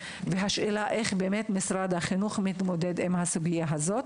והשאלה היא איך משרד החינוך מתמודד בסוגיה זו.